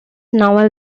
novel